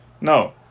No